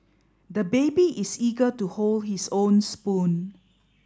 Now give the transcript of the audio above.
the baby is eager to hold his own spoon